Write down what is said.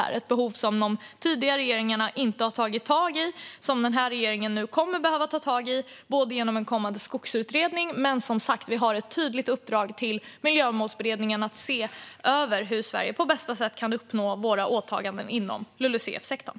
Detta är ett behov som de tidigare regeringarna inte har tagit tag i men som denna regering nu kommer att behöva ta tag i, bland annat genom en kommande skogsutredning. Vi har som sagt även ett tydligt uppdrag till Miljömålsberedningen att se över hur Sverige på bästa sätt kan uppfylla sina åtaganden inom LULUCF-sektorn.